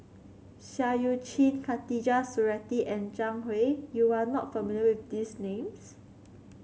Seah Eu Chin Khatijah Surattee and Zhang Hui you are not familiar with these names